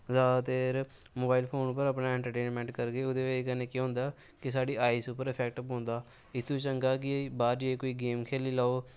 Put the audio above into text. जादा देर mobile phone उप्पर इंट्रटेनमैंट करगे ओह्दा बज़ह कन्नै केह् होंदा कि साढ़ी आईज़ पर इफैक्ट पौंदा इस तो चंगा कि बाह्र जाईयै कोई गेंम खेल्ली लैओ